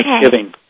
Thanksgiving